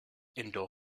indoor